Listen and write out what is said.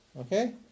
Okay